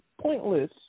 pointless